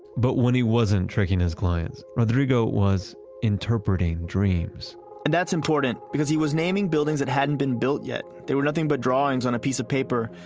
but when he wasn't tricking his clients, rodrigo was interpreting dreams and that's important because he was naming buildings that hadn't been built yet. they were nothing but drawings in on a piece of paper.